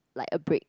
like a break